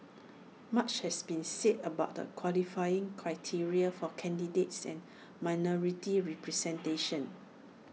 much has been said about the qualifying criteria for candidates and minority representation